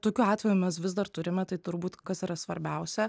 tokių atvejų mes vis dar turime tai turbūt kas yra svarbiausia